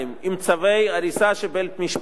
עם צווי הריסה של בית-משפט,